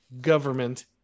government